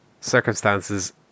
circumstances